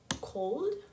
cold